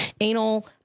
anal